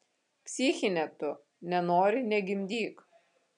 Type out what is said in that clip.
psichine tu nenori negimdyk